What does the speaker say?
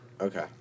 Okay